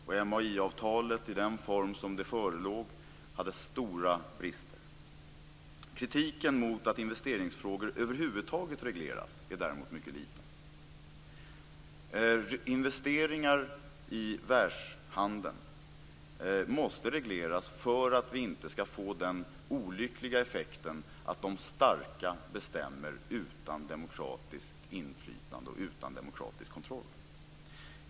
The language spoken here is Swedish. MAI-avtalet i den form som det förelåg hade stora brister. Kritiken mot att investeringsfrågor över huvud taget regleras är däremot mycket liten. Investeringar i världshandeln måste regleras för att vi inte skall få den olyckliga effekten att de starka bestämmer utan demokratiskt inflytande och utan demokratisk kontroll.